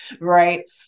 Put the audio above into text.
right